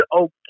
okay